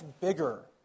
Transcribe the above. bigger